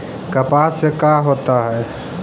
कपास से का होता है?